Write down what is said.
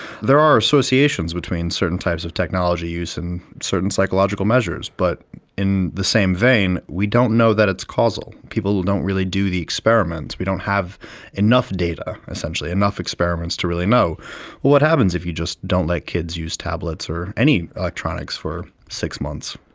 there are associations between certain types of technology use and certain psychological measures, but in the same vein we don't know that it's causal. people don't really do the experiments, we don't really have enough data essentially, enough experiments to really know what happens if you just don't let kids use tablets or any electronics for six months,